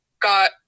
got